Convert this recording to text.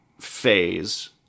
phase